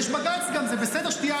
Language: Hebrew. וזו לא